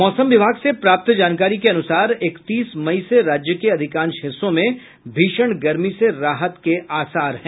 मौसम विभाग से प्राप्त जानकारी के अनुसार इकतीस मई से राज्य के अधिकांश हिस्सों में भीषण गर्मी से राहत के आसार हैं